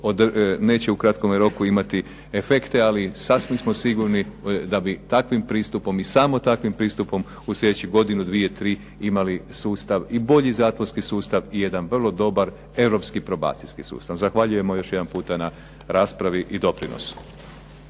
neće u kratkome roku imati efekte, ali sasvim smo sigurni da bi takvim pristupom i samo takvim pristupom u sljedećih godinu, dvije, tri imali sustav i bolji zatvorski sustav i jedan vrlo dobar europski probacijski sustav. Zahvaljujemo još jedan puta na raspravi i doprinosu.